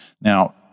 Now